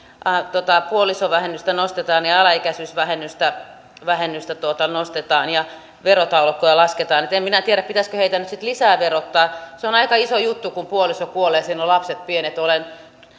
näitä puolisovähennystä nostetaan ja alaikäisyysvähennystä nostetaan ja verotaulukkoja lasketaan en minä tiedä pitäisikö heitä nyt sitten lisää verottaa se on aika iso juttu kun puoliso kuolee siinä on pienet lapset olen